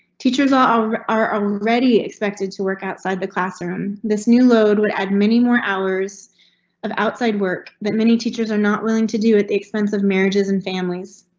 teachers are are already expected to work outside the classroom. this new load would add many more hours of outside work that many teachers are not willing to do at the expense of marriages and families.